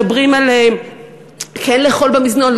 מדברים על כן לאכול במזנון,